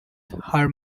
her